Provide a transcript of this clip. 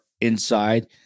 inside